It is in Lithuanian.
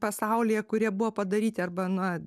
pasaulyje kurie buvo padaryti arba na